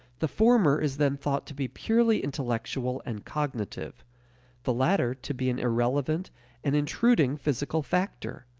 the former is then thought to be purely intellectual and cognitive the latter to be an irrelevant and intruding physical factor.